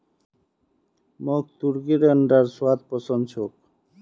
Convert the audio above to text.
मोक तुर्कीर अंडार स्वाद पसंद छोक